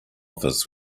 office